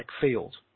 field